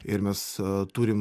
ir mes turim